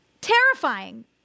Terrifying